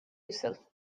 uasail